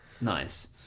Nice